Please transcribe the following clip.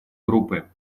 группы